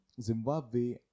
Zimbabwe